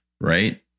right